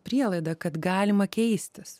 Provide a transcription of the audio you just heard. prielaida kad galima keistis